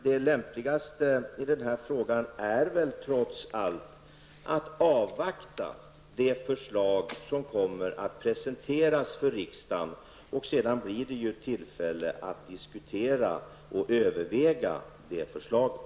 Det lämpligaste i den här frågan är väl trots allt att avvakta det förslag som kommer att presenteras för riksdagen. Sedan blir det tillfälle att diskutera och överväga förslaget.